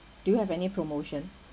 do you have any promotion